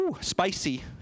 spicy